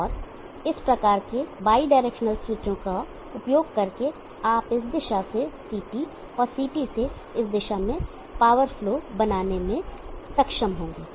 और इस प्रकार के बाई डायरेक्शनल स्विचों का उपयोग करके आप इस दिशा से CT और CT से इस दिशा में पावर फ्लो बनाने में सक्षम होंगे